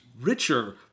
richer